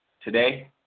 today